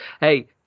Hey